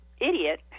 idiot